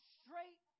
straight